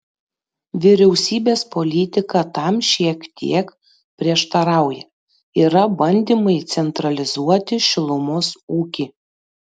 vyriausybės politika tam šiek tiek prieštarauja yra bandymai centralizuoti šilumos ūkį